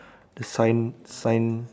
the sign sign